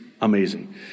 amazing